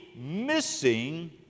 missing